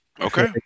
Okay